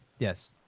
Yes